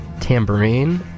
tambourine